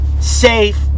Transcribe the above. Safe